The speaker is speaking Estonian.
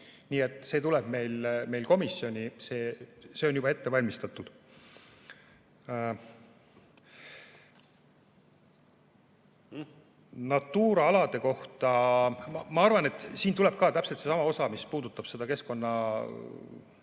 Nii et see tuleb komisjoni, see on juba ette valmistatud. Natura alade kohta ma arvan, et siin tuleb ka see osa, mis puudutab seda keskkonnaühenduste